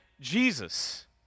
Jesus